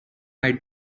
might